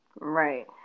Right